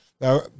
Now